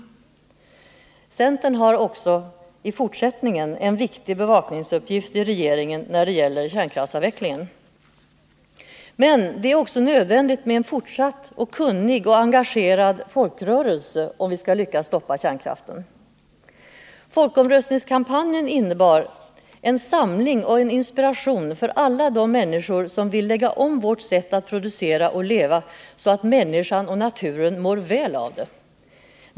Centern har också i fortsättningen en viktig bevakningsuppgift i regeringen när det gäller kärnkraftsavvecklingen. Men det är också nödvändigt med en fortsatt kunnig och engagerad folkrörelse om vi skall lyckas stoppa kärnkraften. Folkomröstningskampanjen innebar en samling och inspiration för alla de människor som vill lägga om vårt sätt att producera och leva så att människan och naturen mår väl av det.